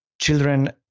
Children